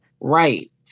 Right